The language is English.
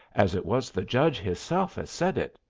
as it was the judge hisself as said it.